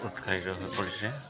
উৎসাহিত হৈ পৰিছে